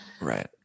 Right